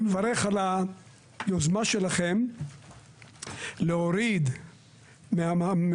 אני מברך על היוזמה שלכם להוריד מהוועדות